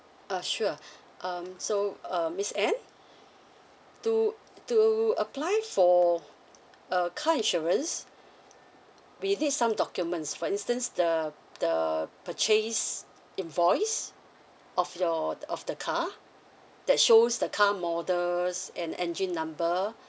uh sure um so uh miss ann to to apply for a car insurance we need some documents for instance the the purchase invoice of your t~ of the car that shows the car models and engine number